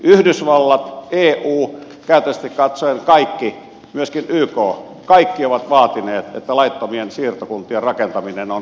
yhdysvallat eu käytännöllisesti katsoen kaikki myöskin yk ovat vaatineet että laittomien siirtokuntien rakentaminen on keskeytettävä